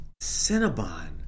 Cinnabon